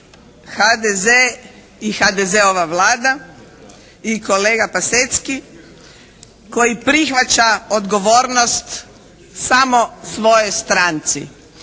HDZ i HDZ-ova Vlada i kolega Pasecki koji prihvaća odgovornost samo svojoj stranci.